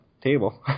table